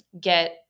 get